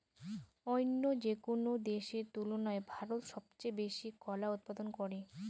অইন্য যেকোনো দেশের তুলনায় ভারত সবচেয়ে বেশি কলা উৎপাদন করে